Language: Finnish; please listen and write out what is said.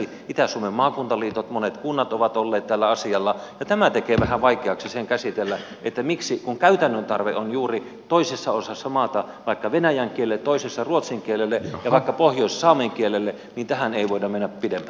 itä suomen maakuntaliitot monet kunnat ovat olleet tällä asialla ja tämä tekee vähän vaikeaksi sen käsitellä miksi kun käytännön tarve on juuri toisessa osassa maata vaikka venäjän kielelle ja toisessa ruotsin kielelle ja vaikka pohjoisessa saamen kielelle tähän ei voida mennä pidemmälle